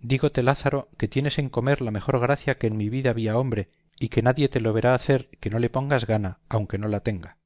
dígote lázaro que tienes en comer la mejor gracia que en mi vida vi a hombre y que nadie te lo verá hacer que no le pongas gana aunque no la tenga